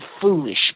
foolish